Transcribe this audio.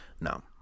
No